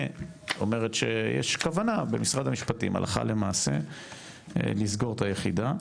אומרת שיש כוונה במשרד המשפטים הלכה למעשה לסגור את היחידה.